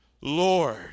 Lord